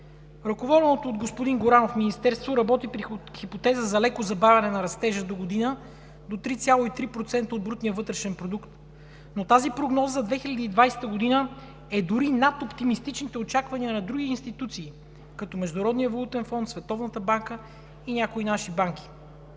Ръководеното от господин Горанов министерство работи при хипотеза за леко забавяне на растежа догодина до 3,3% от брутния вътрешен продукт, но тази прогноза за 2020 г. е дори над оптимистичните очаквания на други институции, като Международния валутен фонд, Световната банка и някои наши банки.